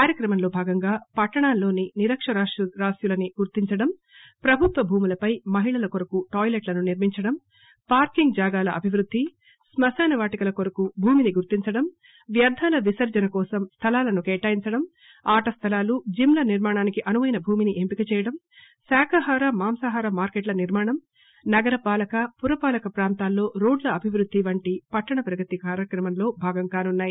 కార్యక్రమంలో భాగంగా పట్లణాల్లోని నిరక్షరాస్యులని గుర్తించడం ప్రభుత్వ భూములపై మహిళల కొరకు టాయిలెట్లను నిర్మించడం పార్కింగ్ జాగాల అభివృద్ది క్మకాన వాటికల కొరకు భూమిని గుర్తించడం వ్యర్థాల విసర్ణన కోసం స్ణలాలను కేటాయించడం ఆటస్థలాలు జిమ్ ల నిర్మాణానికి అనుపైన భూమిని ఎంపిక చేయడం శాకాహార మాంసాహార మార్కెట్ ల నిర్మాణం నగర పాలక పురపాలక ప్రాంతాల్లో రోడ్ల అభివృద్ది వంటివి పట్లణ ప్రగతి కార్యక్రమంలో భాగం కానున్నాయి